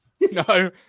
no